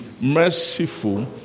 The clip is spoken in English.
merciful